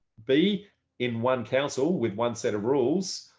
be in one council with one set of rules,